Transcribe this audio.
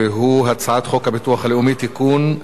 והוא: הצעת חוק הביטוח הלאומי (תיקון,